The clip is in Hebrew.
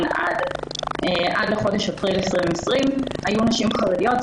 עד לחודש אפריל 2020 היו נשים חרדיות.